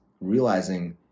realizing